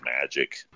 Magic